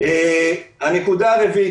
הנקודה הרביעית,